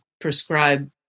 prescribe